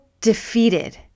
defeated